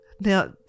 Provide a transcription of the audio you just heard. Now